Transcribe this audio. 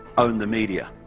own the media.